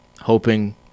hoping